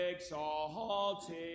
exalted